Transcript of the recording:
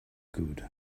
good